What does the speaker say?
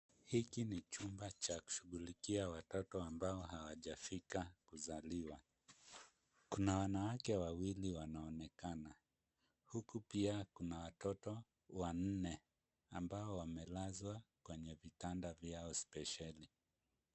Hiki ni chumba cha kushughulikia watoto ambao hawajafika kuzaliwa. Kuna wanawake wawili wanaonekana, huku pia kuna watoto wanne ambao wamelazwa kwenye vitanda vyao spesheli.